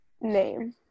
name